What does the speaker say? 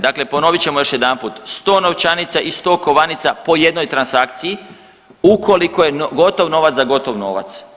Dakle ponovit ćemo još jedanput 100 novčanica i 100 kovanica po jednoj transakciji ukoliko je gotovo novac za gotov novac.